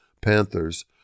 Panthers